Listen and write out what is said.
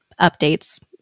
updates